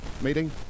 meeting